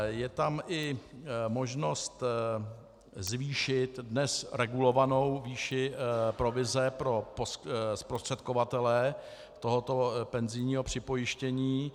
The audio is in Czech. Je tam i možnost zvýšit dnes regulovanou výši provize pro zprostředkovatele tohoto penzijního připojištění.